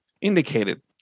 indicated